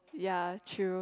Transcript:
ya true